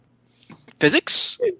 Physics